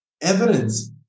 evidence